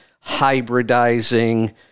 hybridizing